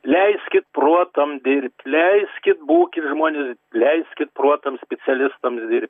leiskit protam dirbt leiskit būkit žmonės leiskit protam specialistams dirbt